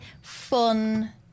fun